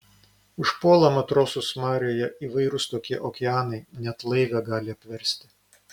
užpuola matrosus marioje įvairūs tokie okeanai net laivę gali apversti